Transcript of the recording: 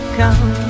come